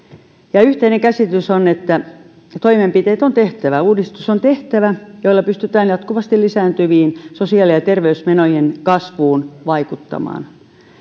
yhteinen käsitys on että toimenpiteet on tehtävä uudistus on tehtävä jotta pystytään jatkuvasti lisääntyvien sosiaali ja terveysmenojen kasvuun vaikuttamaan